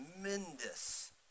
tremendous